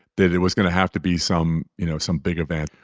that it was going to have to be some, you know, some big event.